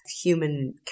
human